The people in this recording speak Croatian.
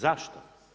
Zašto?